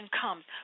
comes